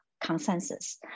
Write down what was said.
consensus